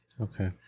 Okay